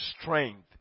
strength